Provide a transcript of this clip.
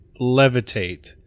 Levitate